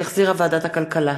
שהחזירה ועדת הכלכלה.